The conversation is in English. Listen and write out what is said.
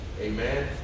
Amen